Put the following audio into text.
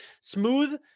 smooth